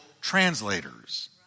translators